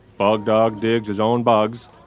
bug doug digs his own bugs.